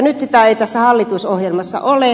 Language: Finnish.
nyt sitä ei tässä hallitusohjelmassa ole